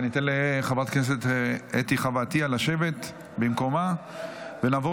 ניתן לחברת הכנסת אתי חוה עטייה לשבת במקומה ונעבור